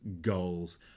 goals